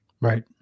Right